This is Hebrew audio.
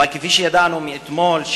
אבל כפי שידענו מאתמול,